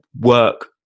work